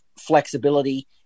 flexibility